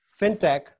FinTech